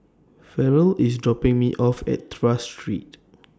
Farrell IS dropping Me off At Tras Street